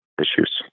issues